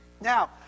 Now